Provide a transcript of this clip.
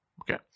Okay